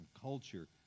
culture